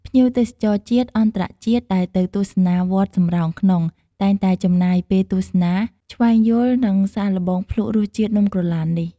ភ្ញៀវទេសចរជាតិ អន្តរជាតិ ដែលទៅទស្សនាវត្តសំរោងក្នុង តែងតែចំណាយពេលទស្សនា ឈ្វេងយល់ និងសាកល្បងភ្លក្សរសជាតិនំក្រឡាននេះ។